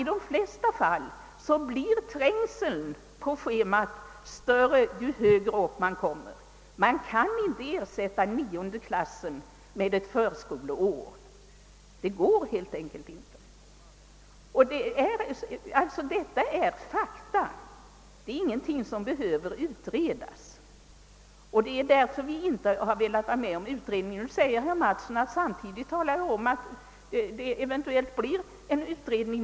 I de flesta fall blir trängseln på schemat större ju högre upp man kommer. Nionde årsklassen kan alltså inte ersättas med ett förskoleår — det går helt enkelt inte. Detta är fakta. Det är inget som behöver utredas, och det är anledningen till att vi inte velat vara med om en utredning. Nu säger herr Mattsson att det ändå eventuellt blir en utredning.